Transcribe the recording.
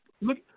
Look